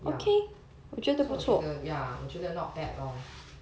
ya so 我觉得 ya 我觉得 not bad lor